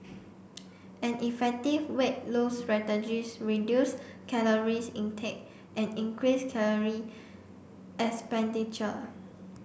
an effective weight loss strategies reduce caloric intake and increase caloric expenditure